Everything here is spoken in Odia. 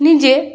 ନିଜେ